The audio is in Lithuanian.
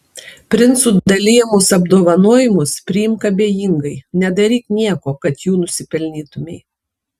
princų dalijamus apdovanojimus priimk abejingai nedaryk nieko kad jų nusipelnytumei